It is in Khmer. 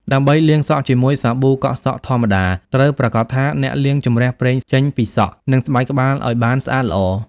ដើម្បីលាងសក់ជាមួយសាប៊ូកក់សក់ធម្មតា ត្រូវប្រាកដថាអ្នកលាងជម្រះប្រេងចេញពីសក់ និងស្បែកក្បាលឱ្យបានស្អាតល្អ។